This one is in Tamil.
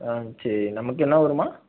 ஆ சரி நமக்கு என்ன ஊர்மா